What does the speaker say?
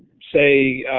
say